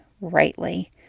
rightly